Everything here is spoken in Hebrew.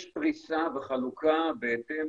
יש פריסה וחלוקה בהתאם